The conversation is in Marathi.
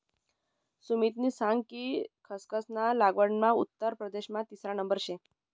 सुमितनी सांग कि खसखस ना लागवडमा उत्तर प्रदेशना तिसरा नंबर शे